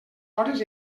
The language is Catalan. hores